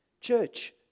Church